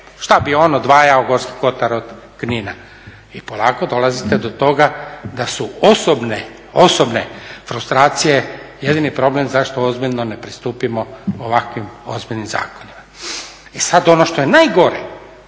što bi on odvajao Gorski Kotar od Knina i polako dolazite do toga da su osobne frustracije jedini problem zašto ozbiljno ne pristupimo ovakvim ozbiljnim zakonima. E sada, ono što je najgore,